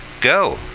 go